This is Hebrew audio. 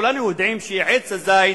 כולנו יודעים שעץ הזית